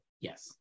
yes